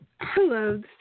Hello